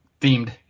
themed